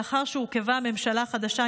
לאחר שהורכבה הממשלה החדשה,